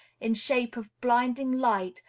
in shape of blinding light,